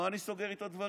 מה אני סוגר איתו דברים?